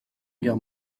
guerre